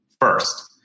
first